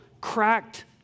cracked